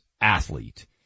athlete